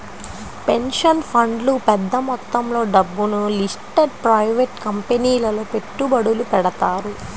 pension ఫండ్లు పెద్ద మొత్తంలో డబ్బును లిస్టెడ్ ప్రైవేట్ కంపెనీలలో పెట్టుబడులు పెడతారు